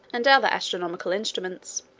and other astronomical instruments.